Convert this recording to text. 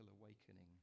awakening